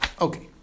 Okay